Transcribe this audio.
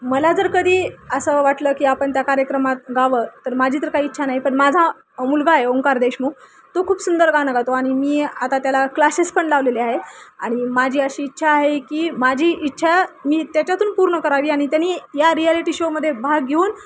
मला जर कधी असं वाटलं की आपण त्या कार्यक्रमात गावं तर माझी तर काही इच्छा नाही पण माझा मुलगा आहे ओमकार देशमुख तो खूप सुंदर गाणं गातो आणि मी आता त्याला क्लासेस पण लावलेले आहे आणि माझी अशी इच्छा आहे की माझी इच्छा मी त्याच्यातून पूर्ण करावी आणि त्याने या रियालिटी शोमध्ये भाग घेऊन